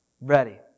Ready